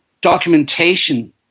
documentation